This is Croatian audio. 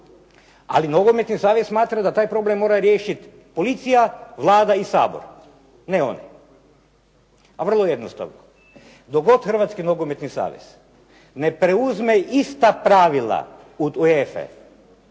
Ali nogometni savez smatra da taj problem mora riješiti policija, Vlada i Sabor, ne oni. A vrlo jednostavno je. Dokle god Hrvatski nogometni savez ne preuzme ista pravila od UEFA-e